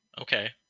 Okay